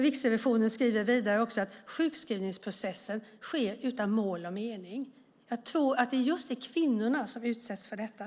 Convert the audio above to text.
Riksrevisionen skriver vidare att sjukskrivningsprocessen sker utan mål och mening. Jag tror att det är just kvinnorna som utsätts för detta.